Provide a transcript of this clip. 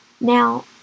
Now